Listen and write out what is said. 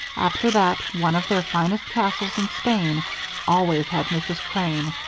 after that one of their finest castles in spain always had mrs. crane,